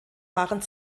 waren